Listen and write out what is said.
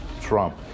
Trump